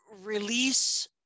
release